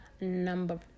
number